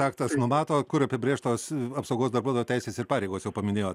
aktas numato kur apibrėžtos apsaugos darbuotojo teisės ir pareigos jau paminėjot